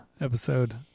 episode